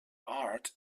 art